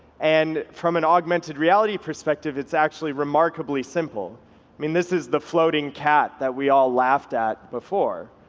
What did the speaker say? and from an augmented reality perspective, it's actually remarkably simple. i mean, this is the floating cat that we all laughed at before,